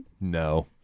No